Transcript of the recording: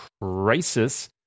Crisis